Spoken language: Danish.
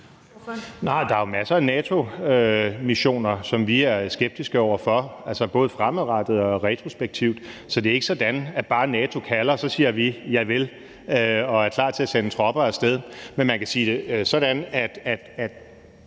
er jo masser af NATO-missioner, som vi er skeptiske over for, altså både fremadrettet og retrospektivt. Så det er ikke sådan, at bare NATO kalder, siger vi javel og er klar til at sende tropper af sted. Men man kan sige det sådan, at